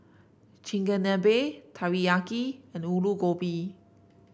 Chigenabe Teriyaki Alu Gobi